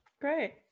Great